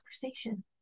conversation